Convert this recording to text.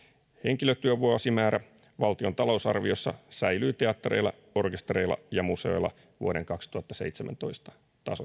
henkilötyövuosimäärä valtion talousarviossa säilyy teattereilla orkestereilla ja museoilla vuoden kaksituhattaseitsemäntoista tasossa